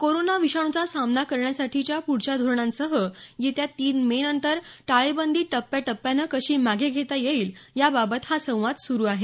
corona विषाणूचा सामना करण्यासाठीच्या प्ढच्या धोरणांसह येत्या तीन मे नंतर टाळेबंदी टप्प्या टप्प्यानं कशी मागं घेता येईल याबाबत हा संवाद सुरू आहे